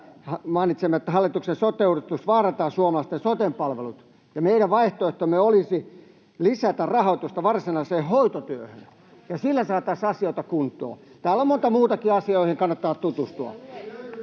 mainitsemme, että hallituksen sote-uudistus vaarantaa suomalaisten sote-palvelut. Meidän vaihtoehtomme olisi lisätä rahoitusta varsinaiseen hoitotyöhön, ja sillä saataisiin asioita kuntoon. Täällä on monta muutakin; asioihin kannattaa tutustua.